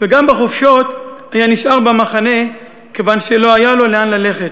גם בחופשות היה נשאר במחנה כיוון שלא היה לו לאן ללכת.